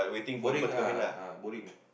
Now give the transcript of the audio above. boring ah boring